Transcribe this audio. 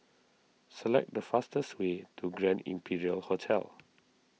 select the fastest way to Grand Imperial Hotel